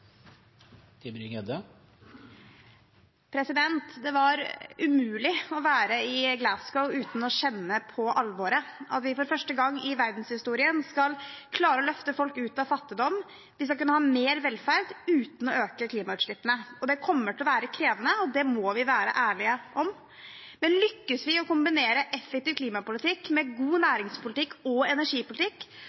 Det var umulig å være i Glasgow uten å kjenne på alvoret – at vi for første gang i verdenshistorien skal klare å løfte folk ut av fattigdom, vi skal kunne ha mer velferd uten å øke klimagassutslippene. Det kommer til å være krevende, og det må vi være ærlige om. Men lykkes vi i å kombinere effektiv klimapolitikk med god næringspolitikk og energipolitikk